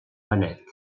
benet